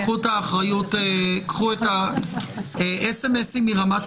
תודה השופט חן, תודה השופט מרזל ולכולם ולכולן.